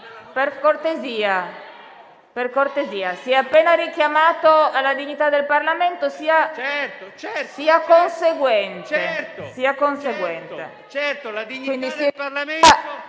per cortesia: si è appena richiamato alla dignità del Parlamento, sia conseguente.